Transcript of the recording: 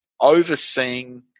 overseeing